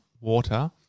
water